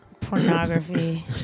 Pornography